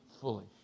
fully